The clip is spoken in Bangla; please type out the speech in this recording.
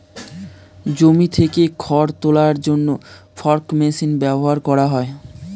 জমি থেকে খড় তোলার জন্য ফর্ক মেশিন ব্যবহার করা হয়